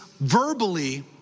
verbally